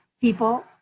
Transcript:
people